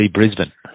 Brisbane